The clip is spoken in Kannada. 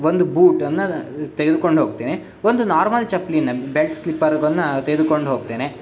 ಒಂದು ಬೂಟನ್ನು ತೆಗೆದ್ಕೊಂಡು ಹೋಗ್ತೇನೆ ಒಂದು ನಾರ್ಮಲ್ ಚಪ್ಲೀನ ಬೆಲ್ಟ್ ಸ್ಲಿಪ್ಪರ್ ಅದನ್ನು ತೆಗೆದುಕೊಂಡು ಹೋಗ್ತೇನೆ